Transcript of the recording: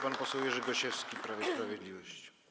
Pan poseł Jerzy Gosiewski, Prawo i Sprawiedliwość.